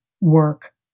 work